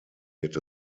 wird